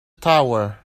tower